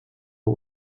nhw